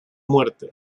muerte